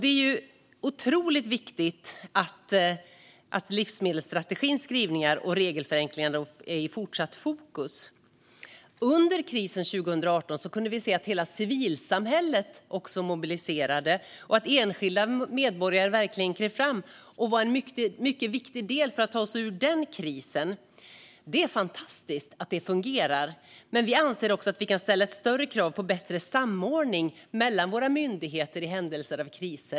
Det är viktigt att livsmedelsstrategins skrivningar om regelförenklingar fortsätter att vara i fokus. Under krisen 2018 såg vi att hela civilsamhället mobiliserade och att enskilda medborgare verkligen klev fram och var en mycket viktig del för att ta oss ur denna kris. Det är fantastiskt att det fungerar, men vi anser att man ska kunna ställa större krav på bättre samordning mellan våra myndigheter i händelse av kris.